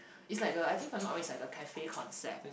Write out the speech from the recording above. is like a I think if I'm not wrong it's like a cafe concept